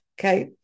Okay